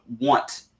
want